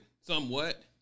somewhat